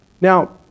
Now